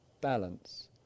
balance